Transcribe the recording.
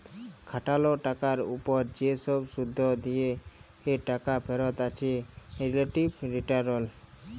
খাটাল টাকার উপর যে সব শুধ দিয়ে টাকা ফেরত আছে রিলেটিভ রিটারল